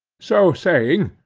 so saying,